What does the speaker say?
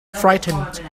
frightened